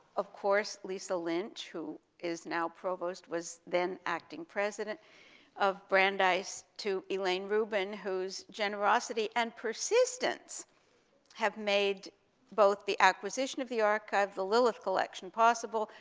of course, lisa lynch, who is now provost, was then acting president of brandeis, to elaine rubin, whose generosity and persistence have made both the acquisition of the archive, the lilith collection possible,